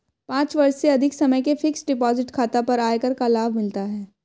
पाँच वर्ष से अधिक समय के फ़िक्स्ड डिपॉज़िट खाता पर आयकर का लाभ मिलता है